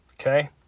Okay